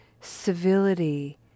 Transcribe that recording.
civility